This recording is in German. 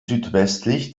südwestlich